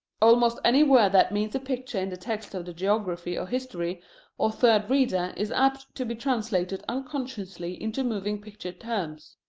almost any word that means a picture in the text of the geography or history or third reader is apt to be translated unconsciously into moving picture terms.